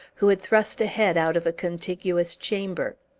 who had thrust a head out of a contiguous chamber.